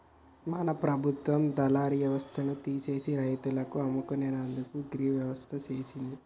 మన ప్రభుత్వ దళారి యవస్థను తీసిసి రైతులు అమ్ముకునేందుకు గీ వ్యవస్థను సేసింది